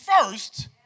first